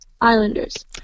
Islanders